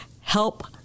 help